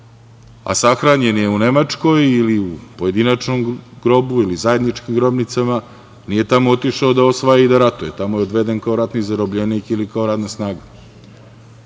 a sahranjen je u Nemačkoj ili u pojedinačnom grobu ili zajedničkim grobnicama, nije tamo otišao da osvaja ili da ratuje. Tamo je odveden kao zarobljenik ili kao radna snaga.